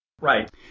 Right